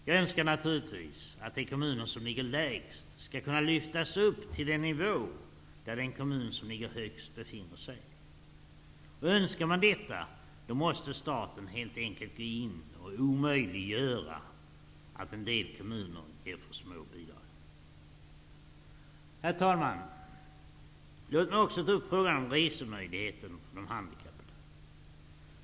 Jag önskar naturligtvis att de kommuner som ligger lägst skall kunna lyftas upp till den nivå där den kommun som ligger högst be finner sig. Om man önskar sig detta, måste staten helt enkelt gå in och omöjliggöra att en del kom muner ger för små bidrag. Låt mig också ta upp frågan om resemöjlighe ten för de handikappade.